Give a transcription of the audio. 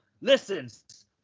listens